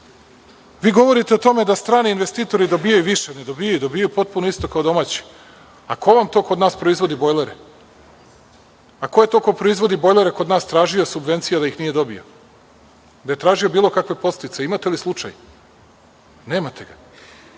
govorite o tome da strani investitori dobijaju više. Ne dobijaju. Dobijaju potpuno isto kao domaći. Ko vam to kod nas proizvodi bojlere? Ko je to ko proizvodi bojlere kod nas tražio subvencije, a da ih nije dobio? Da je tražio bilo kakve podsticaje? Imate li slučaj? Nemate ga.